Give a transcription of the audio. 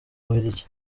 bubiligi